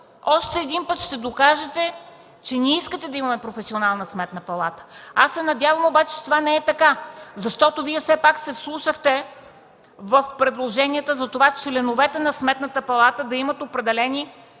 още един път ще докажете, че не искате да имаме професионална Сметна палата. Аз се надявам обаче, че това не е така, защото Вие все пак се вслушахте в предложенията за това членовете на Сметната палата да имат определен